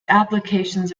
applications